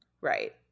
Right